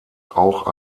auch